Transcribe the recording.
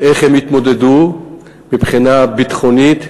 איך הן יתמודדו מבחינה ביטחונית,